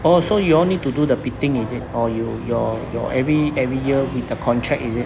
oh so you all need to do the bidding is it or you your your every every year with the contract is it